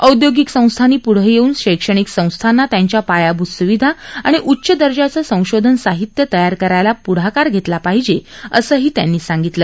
औद्योगिक संस्थांनी पुढं येऊन शक्षणिक संस्थांना त्यांच्या पायाभूत सुविधा आणि उच्च दर्जाचं संशोधन साहित्य तयार करायला पुढाकार घेतला पाहिजे असंही त्यांनी यावेळी सांगितलं